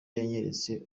yanyeretse